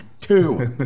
Two